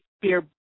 beer